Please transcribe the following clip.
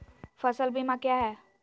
फ़सल बीमा क्या है?